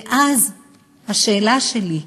ואז השאלה שלי היא,